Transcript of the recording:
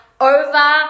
over